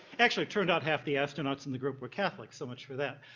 actually, it turned out half the astronauts in the group were catholics, so much for that.